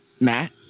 matt